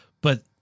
but-